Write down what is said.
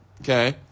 okay